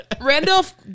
Randolph